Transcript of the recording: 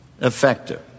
effective